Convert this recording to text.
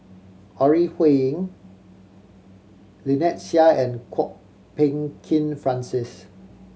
Ore Huiying Lynnette Seah and Kwok Peng Kin Francis